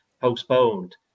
postponed